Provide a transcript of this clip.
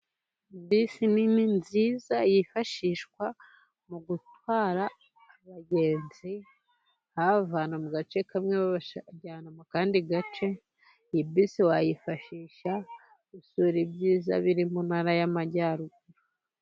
Bisi nini, nziza, yifashishwa mu gutwara abagenzi babavana mu gace kamwe babajyana mu kandi gace, iyi bisi wayifashisha usura ibyiza biri mu ntara y'amajyaruguru.